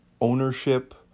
ownership